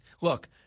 Look